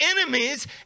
enemies